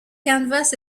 canvas